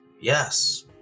Yes